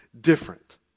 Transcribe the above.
different